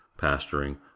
pasturing